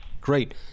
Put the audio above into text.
Great